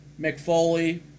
McFoley